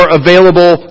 available